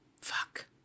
Fuck